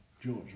George